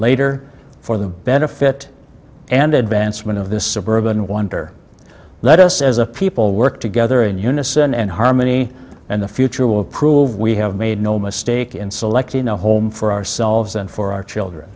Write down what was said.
later for the benefit and advancement of this suburban wonder let us as a people work together in unison and harmony and the future will prove we have made no mistake in selecting a home for ourselves and for our children